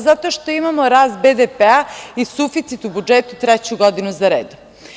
Zato što imamo rast BDP i suficit u budžetu treću godinu zaredom.